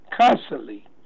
Constantly